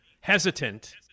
hesitant